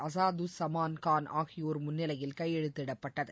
அஸாதுஸ்ஸமான் கான் ஆகியோர் முன்னிலையில் கையெழுதிடப்பட்டது